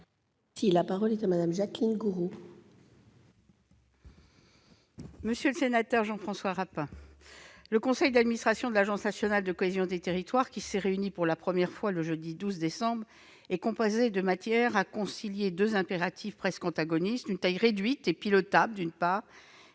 La parole est à Mme la ministre. Monsieur le sénateur, le conseil d'administration de l'Agence nationale de la cohésion des territoires, qui s'est réuni pour la première fois le jeudi 12 décembre 2019, est composé de manière à concilier deux impératifs presque antagonistes : une taille réduite et pilotable, d'une part ;